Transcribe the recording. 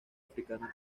africana